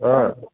हा